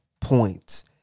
points